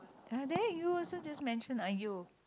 ah there you also just mention !aiyo!